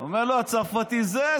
אומר לו הצרפתי: זה?